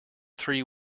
three